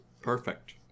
perfect